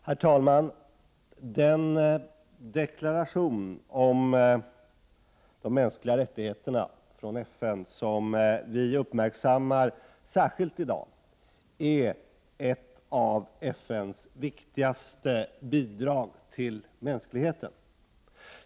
Herr talman! Den deklaration om de mänskliga rättigheterna som vi uppmärksammar särskilt i dag är ett av FN:s viktigaste bidrag till mänskligheten.